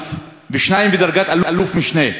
תת-אלוף ושניים בדרגת אלוף-משנה,